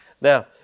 Now